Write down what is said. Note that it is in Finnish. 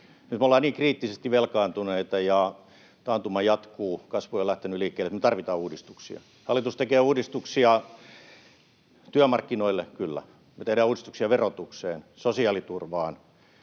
Nyt me olemme niin kriittisesti velkaantuneita ja taantuma jatkuu, kasvu ei ole lähtenyt liikkeelle, että me tarvitaan uudistuksia. Hallitus tekee uudistuksia työmarkkinoille, kyllä. Me tehdään uudistuksia verotukseen, sosiaaliturvaan,